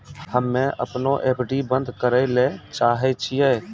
हम्मे अपनो एफ.डी बन्द करै ले चाहै छियै